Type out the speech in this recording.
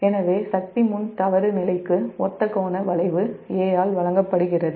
எனவே சக்திமுன் தவறு நிலைக்கு ஒத்த கோண வளைவு A ஆல் வழங்கப்படுகிறது